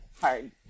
hard